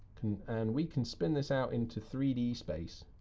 and we can spin this out into three d space.